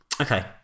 Okay